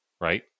Right